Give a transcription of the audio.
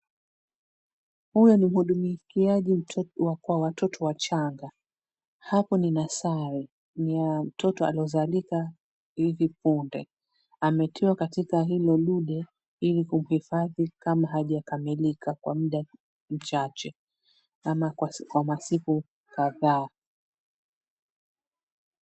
Huyu ni mhudumikiaji kwa watoto wachanga, Hapo ni nasari ya mtoto aliozalika hivi punde. Ametiwa katika hilo dude ili kumhifadhi kama hajakamilika kwa mda mchache ama kwa masiku kadhaa.